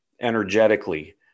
energetically